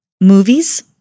Movies